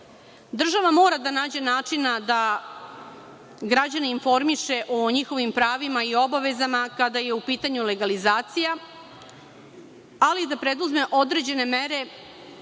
života. Država mora da nađe načina da građane informiše o njihovim pravima i obavezama kada je u pitanju legalizacija, ali i da preduzme određene mere